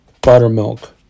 buttermilk